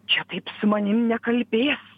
čia taip su manim nekalbės